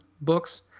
books